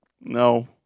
No